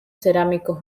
cerámicos